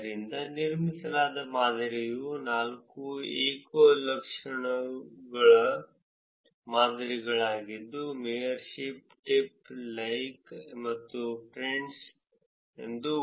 ಆದ್ದರಿಂದ ನಿರ್ಮಿಸಲಾದ ಮಾದರಿಯು ನಾಲ್ಕು ಏಕ ಗುಣಲಕ್ಷಣದ ಮಾದರಿಗಳಾಗಿದ್ದು ಮೇಯರ್ಶಿಪ್ ಟಿಪ್ ಲೈಕ್ ಮತ್ತು ಫ್ರೆಂಡ್ಸ್ ಎಂದು ಉಲ್ಲೇಖಿಸಲಾಗಿದೆ